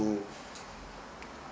to